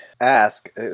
ask